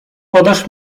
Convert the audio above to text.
podasz